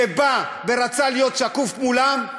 שבא ורצה להיות שקוף מולם,